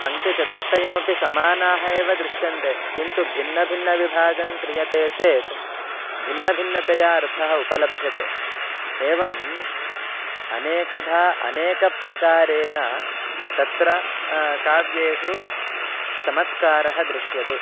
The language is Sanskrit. पङ्क्तिचतुष्टयमपि समानाः एव दृश्यन्ते किन्तु भिन्नभिन्नविभागं क्रियते चेत् भिन्नभिन्नतया अर्थः उपलभ्यते एवम् अनेकधा अनेकप्रकारेण तत्र काव्येषु चमत्कारः दृश्यते